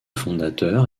fondateur